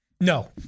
No